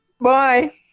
Bye